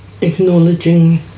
acknowledging